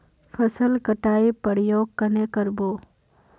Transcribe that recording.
फसल कटाई प्रयोग कन्हे कर बो?